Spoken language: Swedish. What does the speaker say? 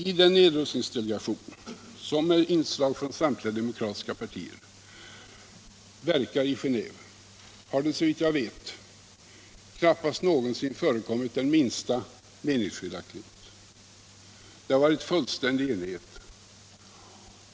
I den nedrustningsdelegation som med inslag från samtliga demokratiska partier verkar i Geneve har det, såvitt jag vet, knappast någonsin förekommit minsta meningsskiljaktighet. Det har varit fullständig enighet.